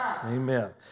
Amen